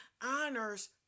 honors